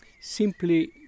Simply